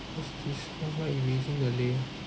what's this why why are you using the la~